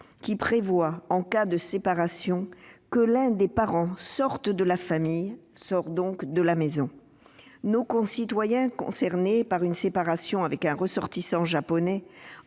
qui prévoit, en cas de séparation, que l'un des parents sorte de la famille, donc de la maison. Nos concitoyens concernés par une séparation avec un ressortissant japonais